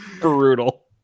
Brutal